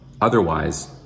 Otherwise